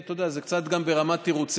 אתה יודע, זה קצת גם ברמת תירוצים.